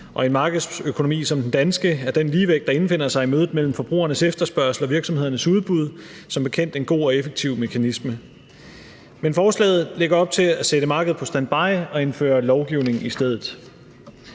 I en markedsøkonomi som den danske er den ligevægt, der indfinder sig i mødet mellem forbrugernes efterspørgsel og virksomhedernes udbud, som bekendt en god og effektiv mekanisme, men forslaget lægger op til at sætte markedet på standby og indføre lovgivning i stedet.